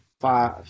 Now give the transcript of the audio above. five